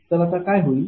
तर आता काय होईल